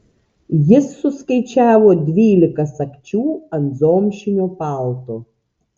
jis suskaičiavo dvylika sagčių ant zomšinio palto